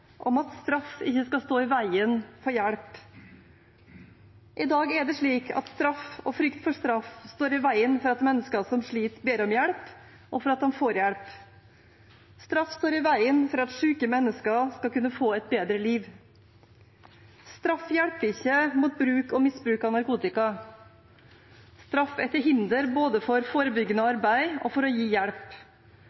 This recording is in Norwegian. I dag er det slik at straff og frykt for straff står i veien for at mennesker som sliter, ber om hjelp, og for at de får hjelp. Straff står i veien for at syke mennesker skal kunne få et bedre liv. Straff hjelper ikke mot bruk og misbruk av narkotika. Straff er til hinder både for forebyggende